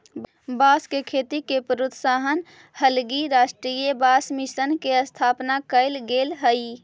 बाँस के खेती के प्रोत्साहन हलगी राष्ट्रीय बाँस मिशन के स्थापना कैल गेल हइ